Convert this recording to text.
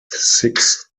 sixth